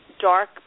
dark